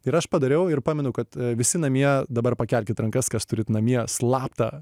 ir aš padariau ir pamenu kad visi namie dabar pakelkit rankas kas turit namie slaptą